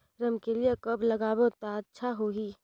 रमकेलिया कब लगाबो ता अच्छा होही?